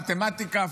מתמטיקה,